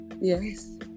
Yes